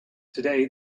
today